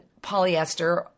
polyester